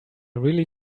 really